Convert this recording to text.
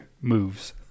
moves